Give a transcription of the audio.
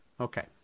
Okay